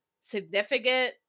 significant